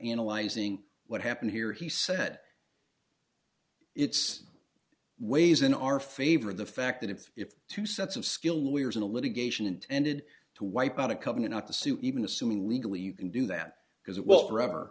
analyzing what happened here he said it's ways in our favor the fact that if two sets of skill lawyers in a litigation intended to wipe out a company not to sue even assuming legally you can do that because it will forever